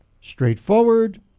straightforward